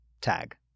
tag